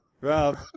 Rob